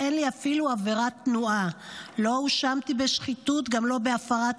אין לי אפילו עבירת תנועה / לא הואשמתי בשחיתות / גם לא בהפרת